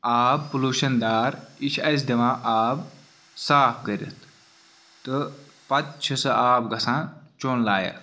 آب پُلوشَن دار یہِ چھُ اَسہِ دِوان آب صاف کٔرِتھ تہ پتہٕ چھُ سُہ آب گَژھان چیوٚن لایَق